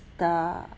the